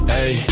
Hey